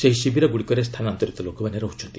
ସେହି ଶିବିରଗ୍ରଡିକରେ ସ୍ଥାନାନ୍ତରିତ ଲୋକମାନେ ରହୁଛନ୍ତି